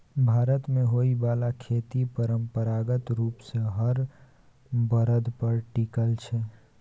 भारत मे होइ बाला खेती परंपरागत रूप सँ हर बरद पर टिकल छै